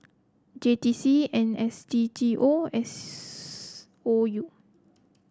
J T C N S D G O and S O U